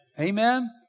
Amen